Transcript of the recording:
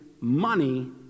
money